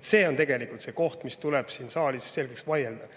See on tegelikult see koht, mis tuleb siin saalis selgeks vaielda.